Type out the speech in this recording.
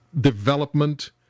development